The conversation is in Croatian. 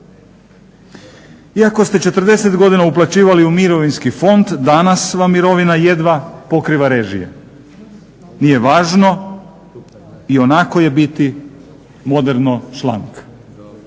Iako ste 40 godina uplaćivali u Mirovinski fond danas vam mirovina jedva pokriva režije. Nije važno i onako je biti moderno šlang.